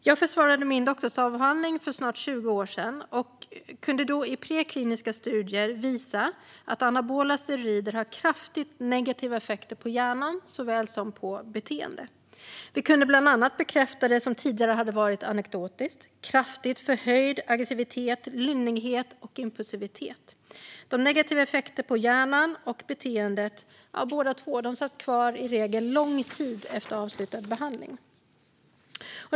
Jag försvarade min doktorsavhandling för snart 20 år sedan och kunde då i prekliniska studier visa att anabola steroider har kraftigt negativa effekter på såväl hjärnan som på beteendet. Vi kunde bland annat bekräfta det som tidigare hade varit anekdotiskt: kraftigt förhöjd aggressivitet, lynnighet och impulsivitet. De negativa effekterna på både hjärnan och beteendet satt i regel kvar lång tid efter avslutat behandling.